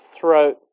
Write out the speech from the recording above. throat